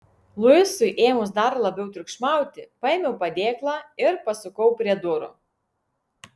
luisui ėmus dar labiau triukšmauti paėmiau padėklą ir pasukau prie durų